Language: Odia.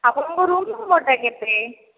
ଆପଣଙ୍କ ରୁମ୍ ନମ୍ବରଟା କେତେ